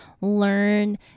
learn